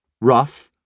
rough